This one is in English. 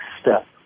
step